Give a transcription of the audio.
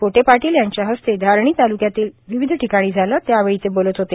पोटे पाटील यांच्या हस्ते धारणी तालुक्यात विविध ठिकाणी झाले त्यावेळी ते बोलत होते